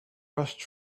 rushed